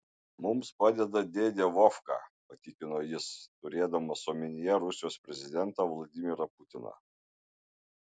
mums padeda dėdė vovka patikino jis turėdamas omenyje rusijos prezidentą vladimirą putiną